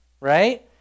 Right